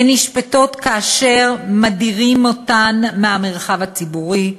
הן נשפטות כאשר מדירים אותן מהמרחב הציבורי,